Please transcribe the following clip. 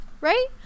right